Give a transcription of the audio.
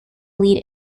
lead